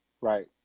Right